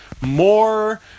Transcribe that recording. more